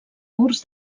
murs